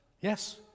Yes